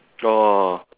orh